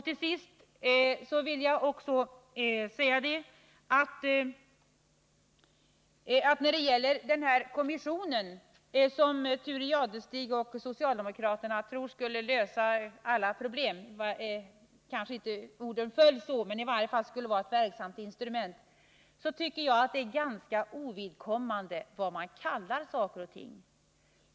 Till sist: I vad gäller den kommission som Thure Jadestig och socialdemokraterna tror skulle lösa alla problem — orden kanske inte föll så, men den skulle i varje fall vara ett verksamt instrument — tycker jag att det är ganska ovidkommande vad man kallar saker och ting.